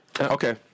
okay